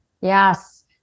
Yes